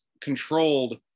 controlled